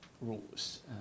rules